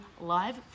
live